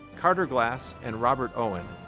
carter glass and robert owen,